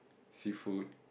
seafood